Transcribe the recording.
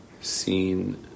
seen